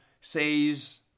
says